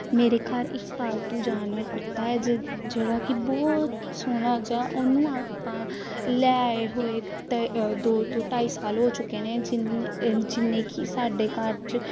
ਮੇਰੇ ਘਰ ਇੱਕ ਪਾਲਤੂ ਜਾਨਵਰ ਕੁੱਤਾ ਹੈ ਜੇ ਜਿਹੜਾ ਕਿ ਬਹੁਤ ਸੋਹਣਾ ਜਿਹਾ ਉਹਨੂੰ ਆਪਾਂ ਲੈ ਆਏ ਹੋਏ ਅਤੇ ਦੋ ਤੋਂ ਢਾਈ ਸਾਲ ਹੋ ਚੁੱਕੇ ਨੇ ਜਿਹਨੇ ਜਿਹਨੇ ਕਿ ਸਾਡੇ ਘਰ 'ਚ